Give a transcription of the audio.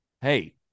hey